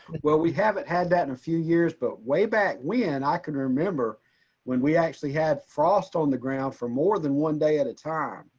well, we haven't had that in a few years, but way back when i can remember when we actually had frost on the ground for more than one day at a time.